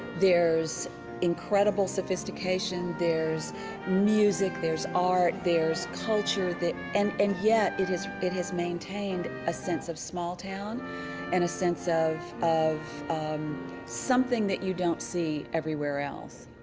there's incredible sophistication. there's music, there's art, there's culture. and and yet it has it has maintained a sense of small town and a sense of of something that you don't see everywhere else.